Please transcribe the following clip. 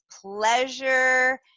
pleasure